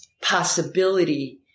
possibility